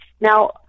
Now